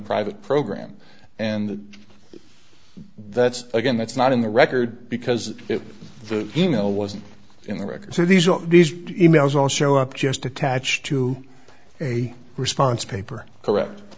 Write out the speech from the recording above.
private program and that's again that's not in the record because the e mail wasn't in the record so these are these e mails all show up just attached to a response paper correct